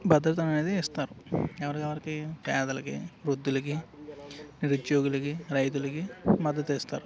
భద్రత అనేది ఇస్తారు ఎవరెవరికి పేదలకి వృద్ధులకి నిరుద్యోగులకి రైతులకి మద్దతు ఇస్తారు